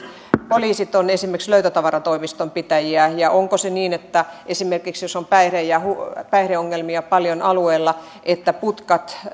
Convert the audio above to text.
poliisit ovat esimerkiksi löytötavaratoimiston pitäjiä ja onko se niin että esimerkiksi jos on päihdeongelmia paljon alueella putkat